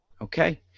Okay